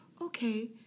okay